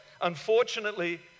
unfortunately